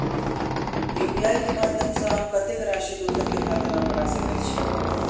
UPI केँ माध्यम सँ हम कत्तेक राशि दोसर केँ खाता मे पठा सकैत छी?